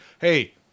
hey